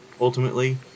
ultimately